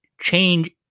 change